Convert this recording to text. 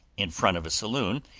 in front of a saloon,